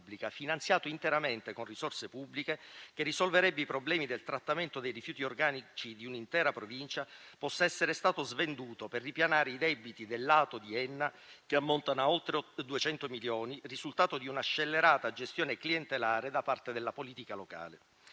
finanziato interamente con risorse pubbliche, che risolverebbe i problemi del trattamento dei rifiuti organici di un'intera provincia, possa essere stato svenduto per ripianare i debiti dell'Ambito territoriale ottimale (ATO) di Enna, che ammontano a oltre 200 milioni, risultato di una scellerata gestione clientelare da parte della politica locale.